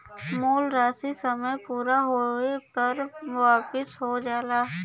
मूल राशी समय पूरा होये पर वापिस हो जाला